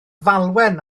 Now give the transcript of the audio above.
falwen